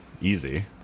easy